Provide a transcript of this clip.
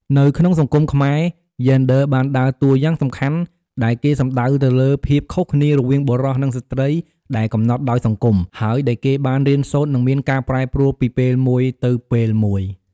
នៅក្នុងសង្គមខ្មែរយេនឌ័របានដើរតួរយ៉ាងសំខាន់ ដែលគេសំដៅទៅលើភាពខុសគ្នា រវាងបុរសនិងស្រ្តីដែលកំណត់ដោយសង្គម ហើយដែលគេបានរៀនសូត្រ និងមានការប្រែប្រួលពីពេលមួយទៅពេលមួយ ។